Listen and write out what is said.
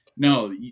No